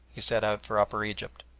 he set out for upper egypt.